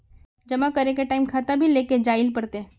जमा करे के टाइम खाता भी लेके जाइल पड़ते?